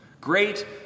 Great